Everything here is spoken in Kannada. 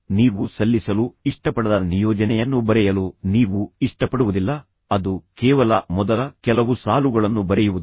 ಆದ್ದರಿಂದ ನೀವು ಸಲ್ಲಿಸಲು ಇಷ್ಟಪಡದ ನಿಯೋಜನೆಯನ್ನು ಬರೆಯಲು ನೀವು ಇಷ್ಟಪಡುವುದಿಲ್ಲ ಅದು ಕೇವಲ ಮೊದಲ ಕೆಲವು ಸಾಲುಗಳನ್ನು ಬರೆಯುವುದು